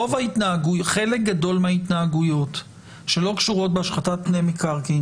חלק גדול מההתנהגויות שלא קשורות בהשחתת פני מקרקעין